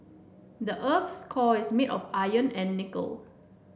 the earth's core is made of iron and nickel